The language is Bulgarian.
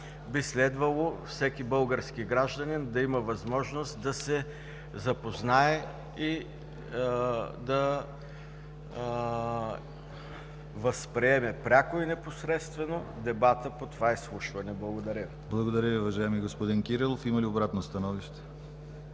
Би следвало всеки български гражданин да има възможност да се запознае и да възприеме пряко и непосредствено дебата по това изслушване. Благодаря Ви. ПРЕДСЕДАТЕЛ ДИМИТЪР ГЛАВЧЕВ: Благодаря Ви, уважаеми господин Кирилов. Има ли обратно становище?